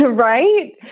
Right